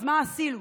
מה עשינו?